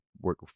work